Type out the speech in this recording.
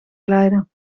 glijden